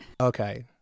Okay